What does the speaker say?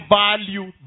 value